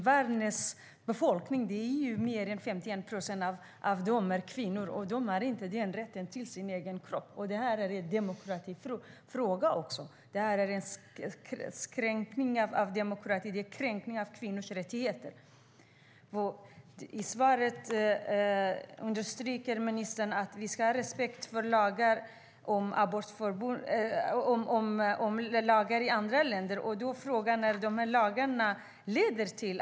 Världens befolkning består ju till mer 51 procent av kvinnor, och de har inte den rätten till sin egen kropp. Det är också en demokratifråga. Det är en inskränkning av demokratin och en kränkning av kvinnors rättigheter. I svaret understryker ministern att vi ska ha respekt för lagar om abortförbud i andra länder. Frågan är vad de lagarna leder till.